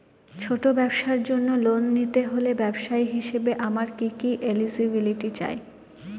ছোট ব্যবসার জন্য লোন নিতে হলে ব্যবসায়ী হিসেবে আমার কি কি এলিজিবিলিটি চাই?